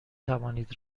توانید